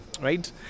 right